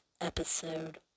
episode